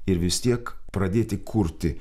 ir vis tiek pradėti kurti